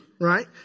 right